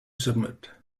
submit